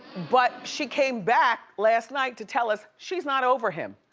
but she came back last night to tell us she's not over him.